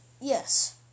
yes